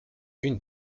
une